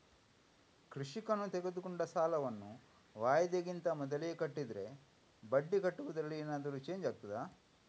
ಕೃಷಿಕನು ತೆಗೆದುಕೊಂಡ ಸಾಲವನ್ನು ವಾಯಿದೆಗಿಂತ ಮೊದಲೇ ಕಟ್ಟಿದರೆ ಬಡ್ಡಿ ಕಟ್ಟುವುದರಲ್ಲಿ ಏನಾದರೂ ಚೇಂಜ್ ಆಗ್ತದಾ?